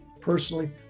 personally